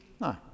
No